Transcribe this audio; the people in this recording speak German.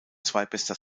zweitbester